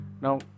now